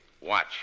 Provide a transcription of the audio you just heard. Watch